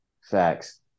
Facts